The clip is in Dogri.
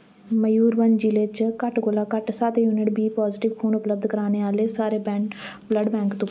मयूरभंज जि'ले च घट्ट कोला घट्ट सत्त यूनिट बी पाजिटिव खून उपलब्ध कराने आह्ले सारे ब्लड बैंक तुप्पो